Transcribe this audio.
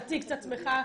תציג את עצמך.